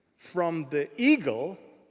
from the eagle